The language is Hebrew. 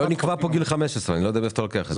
לא נקבע פה גיל 15. מאיפה אתה לוקח את זה?